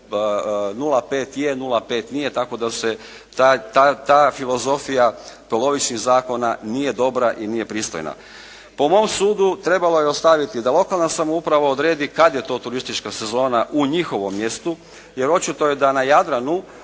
05 je 05 nije tako da se ta filozofija polovičnih zakona nije dobra i nije pristojna. Po mom sudu trebalo je ostaviti da lokalna samouprava odredi kada je to turistička sezona u njihovom mjestu, jer očito je da na Jadranu,